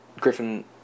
griffin